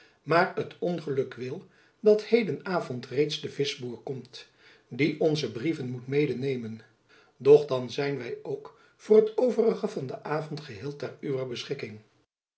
maar t ongeluk wil dat heden avond reeds de vischboer komt die onze brieven moet medenemen doch dan zijn wy ook voor het overige van den avond geheel ter uwer beschikking